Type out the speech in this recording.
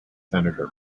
senator